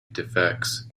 defects